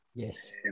Yes